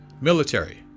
military